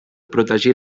protegir